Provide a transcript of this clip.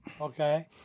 Okay